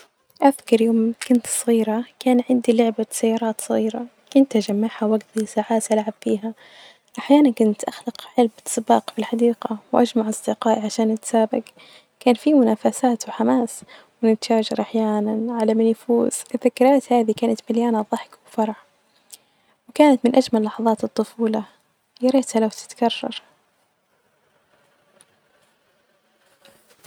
أذكر يوم كنت صغيرة كان عندي لعبة سيارات صغيرة، كنت أجمعها وأقظي ساعة ألعب بيها أحيانا كنت أخلق حلقة سباق بالحديقة وأجمع أصدقائي عشان نتسابج، كان في منافسات وحماس ونتشاجر أحيانا علي مين يفوز، الذكريات هادي كانت مليانة ظحك وفرح وكانت من أجمل لحظات الطفولة ياريتها لو تتكرر.